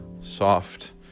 soft